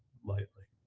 lately